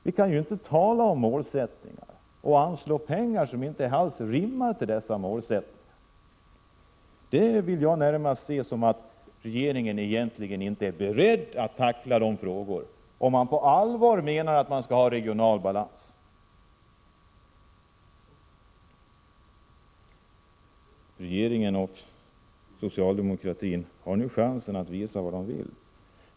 Vi kan inte tala om målsättningar och sedan anslå pengar som inte alls rimmar 27 med dessa målsättningar. Som jag ser det, är regeringen egentligen inte beredd att på allvar tackla frågorna om att få till stånd regional balans. Regeringen och socialdemokratin har nu chansen att visa vad de vill.